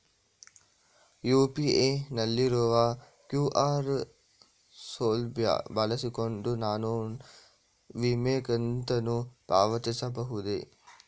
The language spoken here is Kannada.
ಯು.ಪಿ.ಐ ನಲ್ಲಿರುವ ಕ್ಯೂ.ಆರ್ ಸೌಲಭ್ಯ ಬಳಸಿಕೊಂಡು ನಾನು ವಿಮೆ ಕಂತನ್ನು ಪಾವತಿಸಬಹುದೇ?